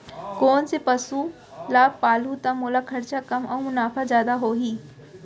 कोन से पसु ला पालहूँ त मोला खरचा कम अऊ मुनाफा जादा होही?